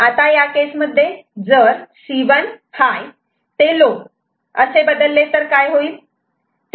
आता या केसमध्ये जर C1 हाय ते लो असे बदलले तर काय होईल